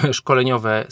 szkoleniowe